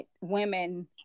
women